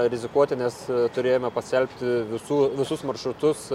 rizikuoti nes turėjome paskelbti visų visus maršrutus